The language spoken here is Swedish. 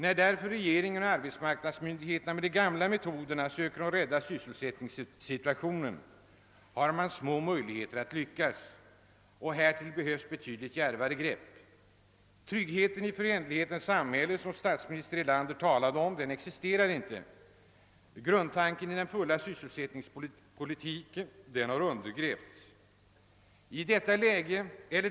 När därför regeringen och arbetsmarknadsmyndigheterna med de gamla metoderna söker rädda sysselsättningssituationen är möjligheterna att lyckas små. Här behövs betydligt djärvare grepp. »Tryggheten i föränderlighetens samhälle» som statsminister Erlander talade om existerar inte. Grundtanken i den fulla sysselsättningspolitiken har undergrävts.